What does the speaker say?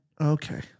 okay